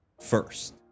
first